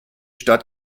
stadt